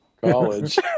College